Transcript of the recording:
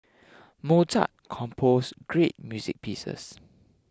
Mozart composed great music pieces